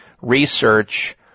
research